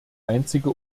einzige